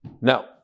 Now